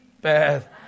Bad